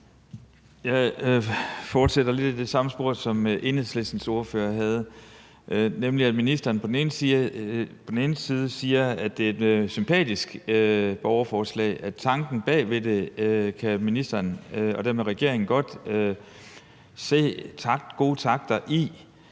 Jeg fortsætter lidt i det samme spor som Enhedslistens ordfører. Ministeren siger på den ene side, at det er et sympatisk borgerforslag, og at tanken bag kan ministeren og dermed regeringen godt se gode takter i.